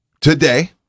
Today